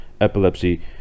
epilepsy